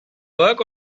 work